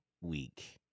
week